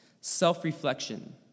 self-reflection